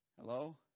Hello